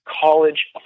college